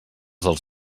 dels